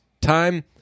time